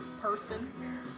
person